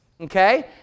okay